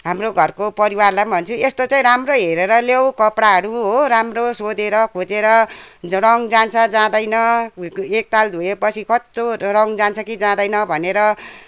हाम्रो घरको परिवारलाई पनि भन्छु यस्तो चाहिँ राम्रो हेरेर ल्याऊ कपडाहरू हो राम्रो सोधेर खोजेर रङ जान्छ जाँदैन एकताल धोएपछि कस्तो रङ जान्छ कि जाँदैन भनेर